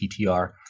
PTR